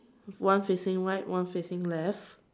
one facing right one facing left